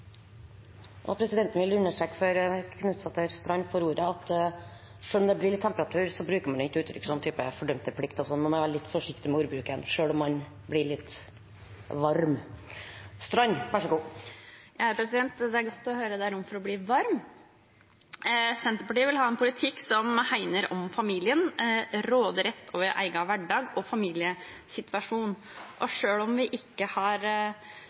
Presidenten vil understreke, før Knutsdatter Strand får ordet, at selv om det blir litt temperatur, bruker man ikke uttrykk av typen «fordømte plikt» o.l. Man må være litt forsiktig med ordbruken, selv om man blir litt varm. Det er godt å høre at det er rom for å bli varm. Senterpartiet vil ha en politikk som hegner om familien – råderett over egen hverdag og familiesituasjon – og selv om vi ikke har